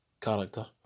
character